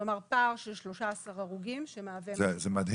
כלומר פער של 13 הרוגים שמהווה --- זה מדהים,